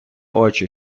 очи